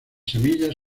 semillas